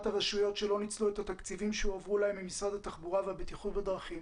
הרשויות שלא ניצלו את התקציבים שהועברו להן ממשרד התחבורה והבטיחות בדרכים